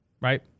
right